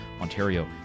Ontario